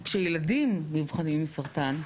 כשילדים חולים בסרטן,